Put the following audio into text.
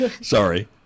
Sorry